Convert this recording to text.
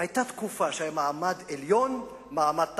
היתה תקופה שהיו מעמד עליון, ומעמד תחתון.